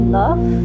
love